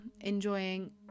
enjoying